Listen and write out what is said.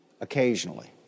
Occasionally